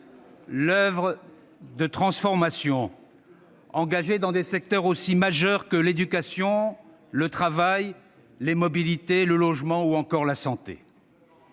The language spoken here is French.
l'oeuvre de transformation engagée dans des secteurs aussi importants que l'éducation, le travail, les mobilités, le logement ou encore la santé.